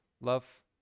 Love